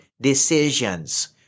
decisions